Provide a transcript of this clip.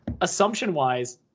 assumption-wise